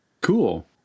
Cool